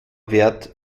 wert